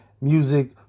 music